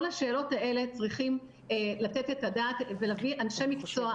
על כל השאלות האלה צריכים לתת את הדעת ולהביא אנשי מקצוע,